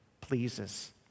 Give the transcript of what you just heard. pleases